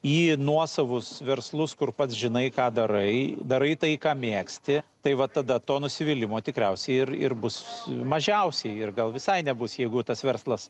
į nuosavus verslus kur pats žinai ką darai darai tai ką mėgsti tai va tada to nusivylimo tikriausiai ir ir bus mažiausiai ir gal visai nebus jeigu tas verslas